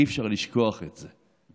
אי-אפשר לשכוח את זה.